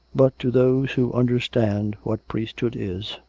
but to those who under stand what priesthood is,